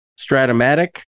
Stratomatic